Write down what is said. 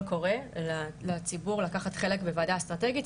קורא לציבור לקחת חלק בוועדה אסטרטגית.